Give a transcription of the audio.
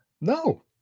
no